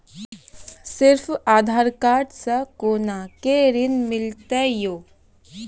सिर्फ आधार कार्ड से कोना के ऋण मिलते यो?